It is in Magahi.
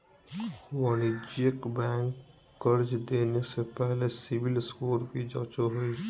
वाणिज्यिक बैंक कर्जा देने से पहले सिविल स्कोर भी जांचो हइ